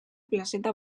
placeta